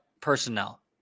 personnel